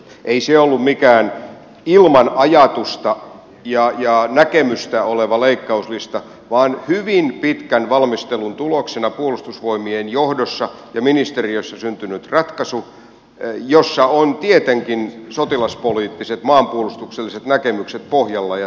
ei se ollut mikään ilman ajatusta ja näkemystä oleva leikkauslista vaan hyvin pitkän valmistelun tuloksena puolustusvoimien johdossa ja ministeriössä syntynyt ratkaisu jossa on tietenkin sotilaspoliittiset ja maanpuolustukselliset näkemykset pohjalla ja taustalla